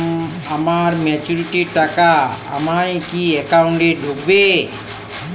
আমার ম্যাচুরিটির টাকা আমার কি অ্যাকাউন্ট এই ঢুকবে?